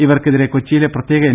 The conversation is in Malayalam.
ഇവർക്കെതിരെ കൊച്ചിയിലെ പ്രത്യേക എൻ